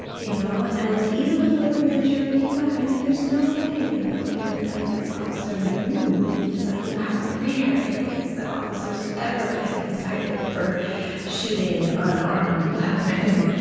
you know and even before the grand jury came back, i knew there's no way they're going to indict this officer. and i knew, because i knew how rare it is that officers ever get indicted for shooting unarmed black men.